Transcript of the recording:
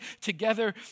together